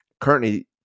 currently